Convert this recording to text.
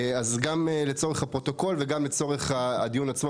אז גם לצורך הפרוטוקול וגם לצורך הדיון עצמו,